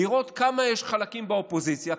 לראות כמה חלקים יש באופוזיציה,